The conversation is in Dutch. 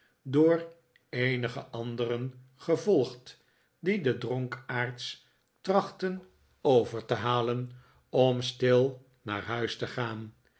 door eenige anderen gevolgd die de dronkaards trachtten over te halen om stil naar huis te gaan